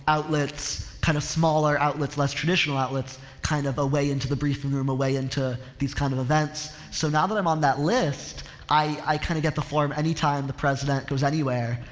outlets, kind of smaller outlets, less traditional outlets kind of a way into the briefing room, a way into these kinds of events. so now that i'm on that list i, i kind of get the form anytime the president goes anywhere.